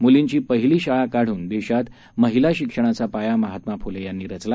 मुलींची पहिली शाळा काढून देशात महिलां शिक्षणाचा पाया महात्मा फुले यांनी रचला